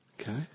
Okay